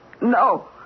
no